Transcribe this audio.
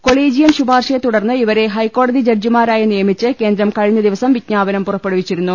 collegium ശുപാർശയെ തുടർന്ന് ഇവരെ ഹൈക്കോടതി ജഡ്ജി മാരായി നിയമിച്ച് കേന്ദ്രം കഴിഞ്ഞ ദിവസം വിജ്ഞാ പനം പുറപ്പെടുവിച്ചിരുന്നു